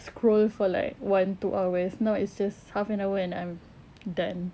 scroll for like one two hours now it's just half an hour and I'm done